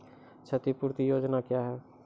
क्षतिपूरती योजना क्या हैं?